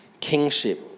kingship